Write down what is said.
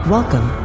Welcome